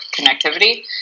connectivity